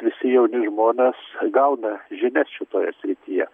visi jauni žmonės gauna žinias šitoje srityje